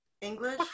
english